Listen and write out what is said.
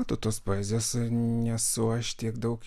nu tos poezijos nesu aš tiek daug